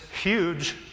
huge